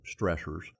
stressors